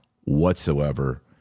whatsoever